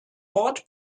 ort